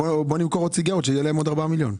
בוא נמכור עוד סיגריות כדי שיהיו להם עוד ארבעה מיליון.